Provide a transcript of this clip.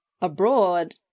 abroad